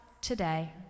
today